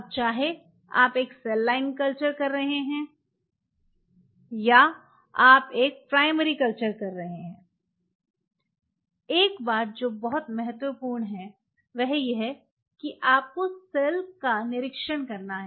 अब चाहे आप एक सेल लाइन कल्चर कर रहे हैं या आप एक प्राइमरी कल्चर कर रहे हैं एक बात जो बहुत महत्वपूर्ण है वह ये कि आपको सेल्स का निरीक्षण करना है